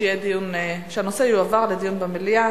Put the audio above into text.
שהנושא יועבר לדיון במליאה.